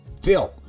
Phil